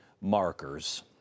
markers